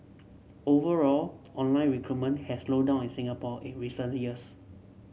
overall online recruitment has slowed down in Singapore in recent years